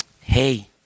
Hey